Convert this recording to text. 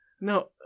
no